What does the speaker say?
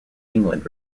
england